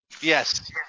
Yes